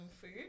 food